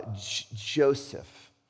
Joseph